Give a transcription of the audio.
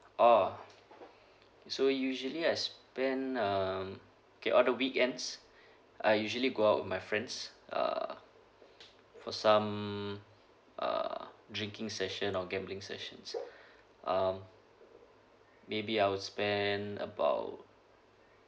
oh so usually I spend um K on the weekends I usually go out with my friends uh for some uh drinking session or gambling session um maybe I'll spend about